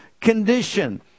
condition